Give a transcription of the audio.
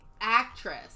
actress